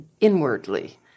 inwardly